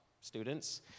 students